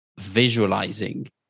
visualizing